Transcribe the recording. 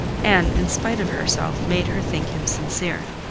and in spite of herself made her think him sincere.